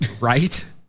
right